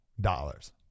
dollars